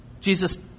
Jesus